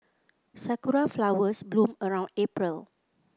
sakura flowers bloom around April